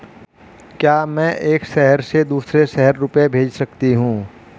क्या मैं एक शहर से दूसरे शहर रुपये भेज सकती हूँ?